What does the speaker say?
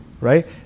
right